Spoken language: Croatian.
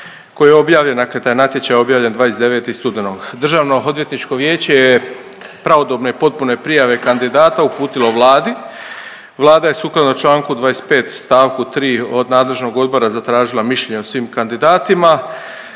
koji je objavljen, dakle taj natječaj je objavljen 29. studenog. DOV je pravodobne i potpune prijave kandidata uputilo Vladi, Vlada je sukladno čl. 25. st. 3. od nadležnog odbora zatražila mišljenje o svim kandidatima